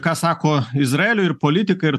ką sako izraelio ir politikai ir